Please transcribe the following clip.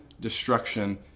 destruction